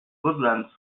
woodland